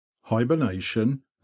hibernation